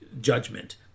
judgment